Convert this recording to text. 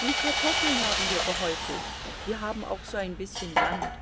die kartoffeln haben wir gehäufelt wir haben auch so ein bißchen land